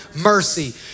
mercy